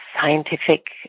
scientific